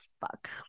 fuck